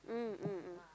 mm mm mm